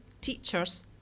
teachers